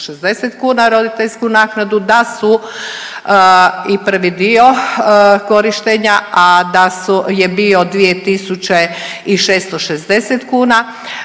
1.660 kuna roditeljsku naknadu, da su i prvi dio korištenja, a da su je bio 2.660 kuna,